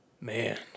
Man